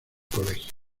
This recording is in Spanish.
colegio